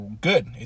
good